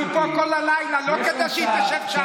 אנחנו פה כל הלילה לא כדי שהיא תשב שם.